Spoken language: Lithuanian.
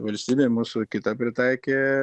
valstybė mūsų kitą pritaikė